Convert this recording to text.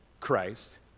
Christ